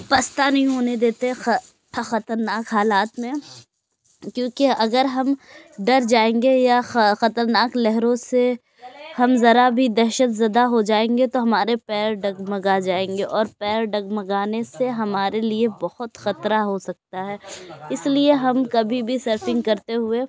پستہ نہیں ہونے دیتے خا خطرناک حالات میں کیونکہ اگر ہم ڈر جائیں گے یا خ خطرناک لہروں سے ہم ذرا بھی دہشت زدہ ہو جائیں گے تو ہمارے پیر ڈگمگا جائیں گے اور پیر ڈگمگانے سے ہمارے لیے بہت خطرہ ہو سکتا ہے اس لیے ہم کبھی بھی صرفنگ کرتے ہوئے